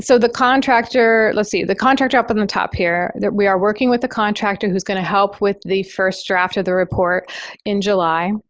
so the contractor let's see, the contractor up in the top here that we are working with the contractor who's going to help with the first draft of the report in july.